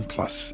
Plus